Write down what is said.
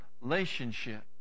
relationship